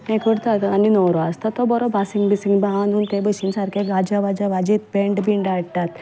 ते करतात आनी न्हंवरो आसता तो बरो बाशींग बांद सामको गाजा वाजेत बँड बीन हाडटा